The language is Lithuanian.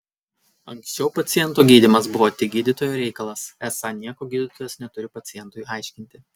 anksčiau paciento gydymas buvo tik gydytojo reikalas esą nieko gydytojas neturi pacientui aiškinti